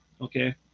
Okay